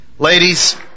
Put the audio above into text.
Ladies